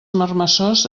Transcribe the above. marmessors